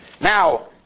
Now